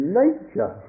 nature